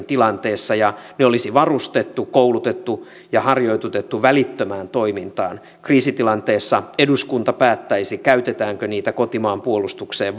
tilanteessa ja ne olisi varustettu koulutettu ja harjoitutettu välittömään toimintaan kriisitilanteessa eduskunta päättäisi käytetäänkö niitä kotimaan puolustukseen